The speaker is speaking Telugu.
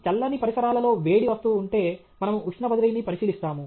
చల్లని పరిసరాలలో వేడి వస్తువు ఉంటే మనము ఉష్ణ బదిలీని పరిశీలిస్తాము